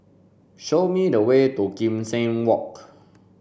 show me the way to Kim Seng Walk